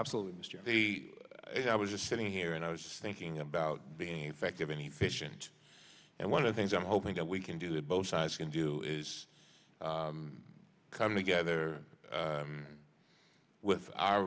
absolutely mr i was just sitting here and i was just thinking about being effective any fish and and one of the things i'm hoping that we can do that both sides can do is come together with our